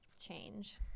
change